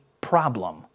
problem